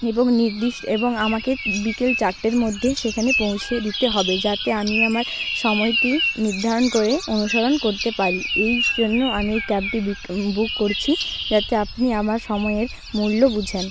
এবং নির্দিষ্ট এবং আমাকে বিকেল চারটের মধ্যে সেখানে পৌঁছিয়ে দিতে হবে যাতে আমি আমার সময়টি নির্ধারণ করে অনুসরণ করতে পারি এই জন্য আমি ক্যাবটি বুক করছি যাতে আপনি আমার সময়ের মূল্য বোঝেন